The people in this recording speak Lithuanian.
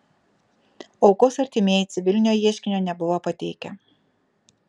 aukos artimieji civilinio ieškinio nebuvo pateikę